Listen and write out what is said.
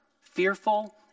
fearful